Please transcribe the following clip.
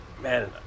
man